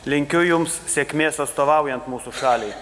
linkiu jums sėkmės atstovaujant mūsų šaliai